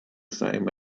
same